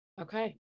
Okay